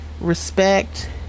respect